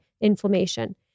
inflammation